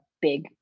big